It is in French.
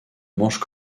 manche